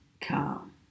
calm